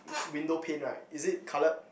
window pane right is it coloured